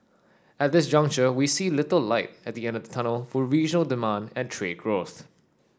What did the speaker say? at this juncture we see little light at the end of the tunnel for regional demand and trade growth